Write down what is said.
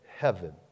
Heaven